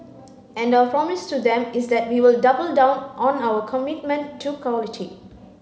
and our promise to them is that we will double down on our commitment to quality